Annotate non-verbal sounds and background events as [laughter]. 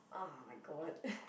ah my god [breath]